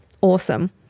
awesome